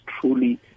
truly